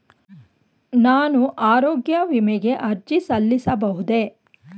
ನಾನು ಆರೋಗ್ಯ ವಿಮೆಗೆ ಅರ್ಜಿ ಸಲ್ಲಿಸಬಹುದೇ?